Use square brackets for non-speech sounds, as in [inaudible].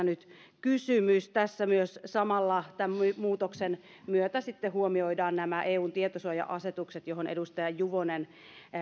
[unintelligible] nyt kysymys tässä myös samalla tämän muutoksen myötä sitten huomioidaan nämä eun tietosuoja asetukset johon edustaja juvonen